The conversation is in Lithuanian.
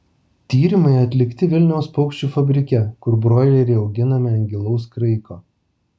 tyrimai atlikti vilniaus paukščių fabrike kur broileriai auginami ant gilaus kraiko